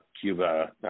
Cuba